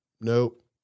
Nope